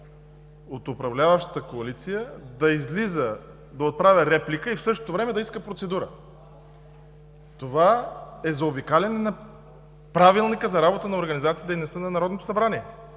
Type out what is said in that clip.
от управляващата коалиция да отправя реплика и в същото време да иска процедура! Това е заобикаляне на Правилника за организацията и дейността на Народното събрание.